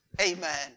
Amen